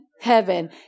heaven